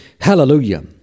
Hallelujah